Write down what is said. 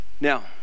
Now